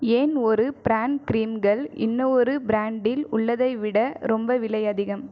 ஏன் ஒரு பிரான்ட் கிரீம்கள் இன்னொரு பிரான்டில் உள்ளதை விட ரொம்ப விலை அதிகம்